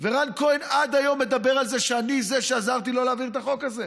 ורן כהן עד היום מדבר על זה שאני זה שעזרתי לו להעביר את החוק הזה.